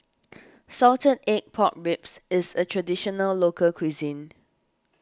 Salted Egg Pork Ribs is a Traditional Local Cuisine